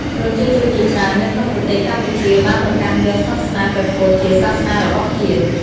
ប្រជាជនជាច្រើននៅក្នុងប្រទេសកម្ពុជាបានប្រកាន់យកសាសនាព្រះពុទ្ធជាសាសនារបស់ជាតិ។